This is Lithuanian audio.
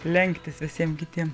lenktis visiem kitiem